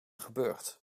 gebeurt